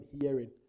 hearing